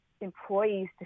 employees